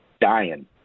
Dying